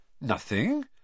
Nothing